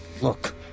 Look